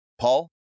Paul